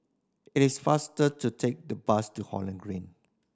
it is faster to take the bus to Holland Green